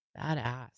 badass